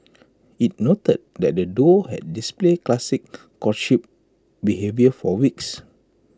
IT noted that the duo had displayed classic courtship behaviour for weeks